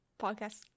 podcast